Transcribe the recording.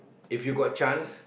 if you got chance